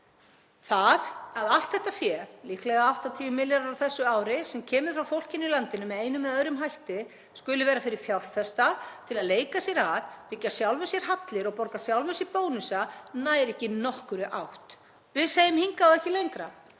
Það að allt þetta fé, líklega 80 milljarðar á þessu ári, sem kemur frá fólkinu í landinu með einum eða öðrum hætti, skuli vera fyrir fjárfesta til að leika sér að, byggja sjálfum sér hallir og borga sjálfum sér bónusa, nær ekki nokkurri átt. Við segjum: Hingað og ekki lengra.